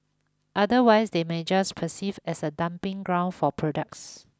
otherwise they may just perceived as a dumping ground for products